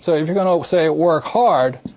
so if you're going to, say, work hard,